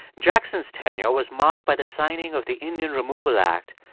jackson's tenure was marked by the signing of the indian removal act,